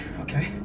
okay